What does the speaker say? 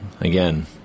Again